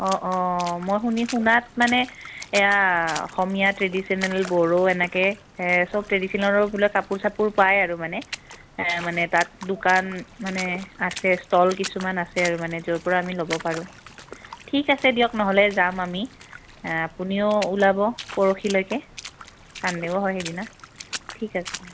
অঁ অঁ মই শুনি শুনাত মানে এয়া অসমীয়া ট্ৰেডিশ্য়নেল বড়ো এনেকৈ সব ট্ৰেডিশ্য়নেল বোলে কাপোৰ চাপোৰ পায় আৰু মানে মানে তাত দোকান মানে আছে ষ্টল কিছুমান আছে আৰু মানে য'ৰ পৰা আমি ল'ব পাৰোঁ ঠিক আছে দিয়ক নহ'লে যাম আমি আপুনিও ওলাব পৰহিলৈকে চানদেও হয় সেইদিনা ঠিক আছে দিয়ক